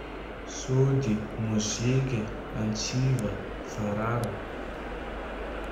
Sody, moziky, antsiva, farara.